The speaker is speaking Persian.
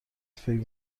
فکر